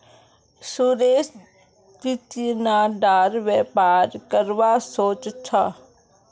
सुरेश चिचिण्डार व्यापार करवा सोच छ